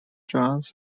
joss